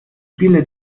spiele